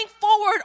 forward